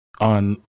on